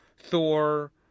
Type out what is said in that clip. Thor